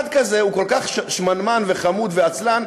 אחד הוא כל כך שמנמן וחמוד ועצלן,